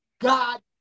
God